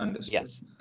Yes